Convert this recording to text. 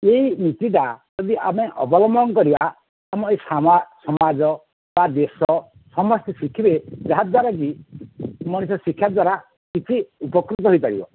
ଏଇ ନୀତି ଟା ଯଦି ଆମେ ଅବଲମ୍ବନ କରିବା ଆମ ଏ ସମା ସମାଜ ବା ଦେଶ ସମସ୍ତେ ଶିଖିବେ ଯାହାଦ୍ୱାରା କି ମଣିଷ ଶିକ୍ଷା ଦ୍ୱାରା କିଛି ଉପକୃତ ହୋଇପାରିବ